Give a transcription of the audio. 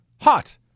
Hot